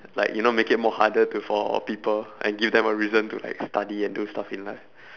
like you know make it more harder to for people and give them a reason to study and do stuff in life